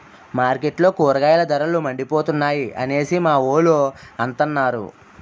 మార్కెట్లో కూరగాయల ధరలు మండిపోతున్నాయి అనేసి మావోలు అంతన్నారు